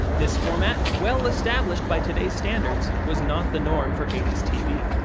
this format, well established by today's standards, was not the norm for eighty s tv.